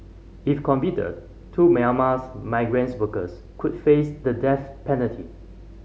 if convicted two Myanmar's migrants workers could face the death penalty